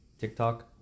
TikTok